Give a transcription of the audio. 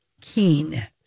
keen